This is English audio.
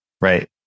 Right